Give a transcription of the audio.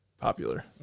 popular